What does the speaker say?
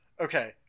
Okay